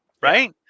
right